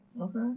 Okay